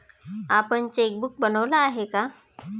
आपण चेकबुक बनवलं आहे का?